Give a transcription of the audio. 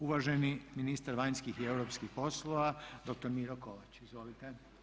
Uvaženi ministar vanjskih i europskih poslova dr. Miro Kovač, izvolite.